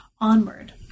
onward